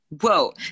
Whoa